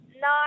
No